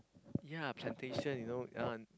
yea plantation you know uh